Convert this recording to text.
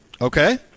Okay